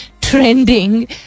trending